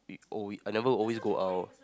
eh I never always go out